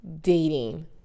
dating